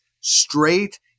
straight